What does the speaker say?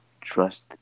trust